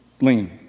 Lean